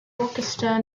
rochester